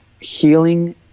healing